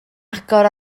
agor